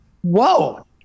Whoa